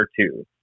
two